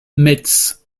metz